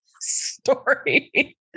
story